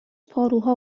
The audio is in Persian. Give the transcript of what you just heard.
پاروها